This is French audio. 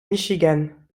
michigan